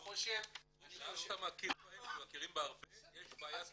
גם כשמכירים בהם, ומכירים בהרבה, יש בעיית תקנים.